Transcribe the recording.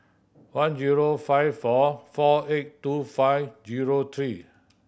one zero five four four eight two five zero three